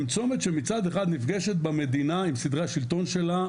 הם צומת שמצד אחד נפגשת במדינה עם סדרי השלטון שלה,